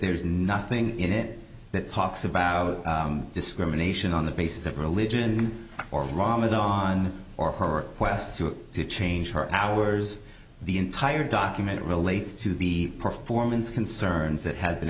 there is nothing in it that talks about discrimination on the basis of religion or ramadan or her quest to it to change her powers the entire document relates to the performance concerns that had been